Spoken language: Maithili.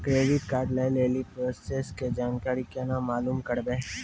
क्रेडिट कार्ड लय लेली प्रोसेस के जानकारी केना मालूम करबै?